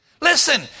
Listen